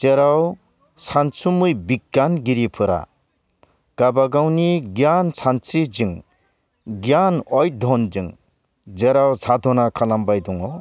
जेराव सानसुमै बिग्यानगिरिफोरा गावबा गावनि गियान सानस्रिजों गियान अयध्य'नजों जेराव साधना खालामबाय दङ